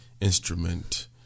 instrument